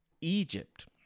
Egypt